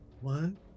one